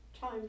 time